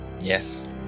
Yes